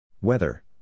Weather